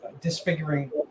disfiguring